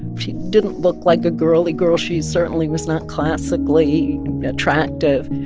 she didn't look like a girly girl. she certainly was not classically attractive,